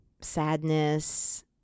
sadness